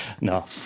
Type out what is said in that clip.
no